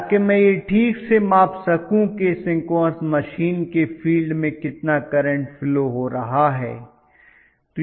ताकि मैं यह ठीक से माप सकूं कि सिंक्रोनस मशीन के फील्ड में कितना करंट फ्लो हो रहा है